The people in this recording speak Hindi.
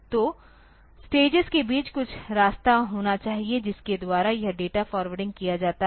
तो स्टेजेस के बीच कुछ रास्ता होना चाहिए जिसके द्वारा यह डेटा फॉरवार्डिंग किया जाता है